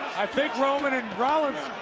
i think roman and rollins,